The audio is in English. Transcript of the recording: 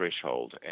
threshold